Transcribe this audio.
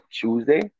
Tuesday